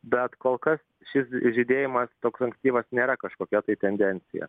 bet kol kas šis žydėjimas toks ankstyvas nėra kažkokia tai tendencija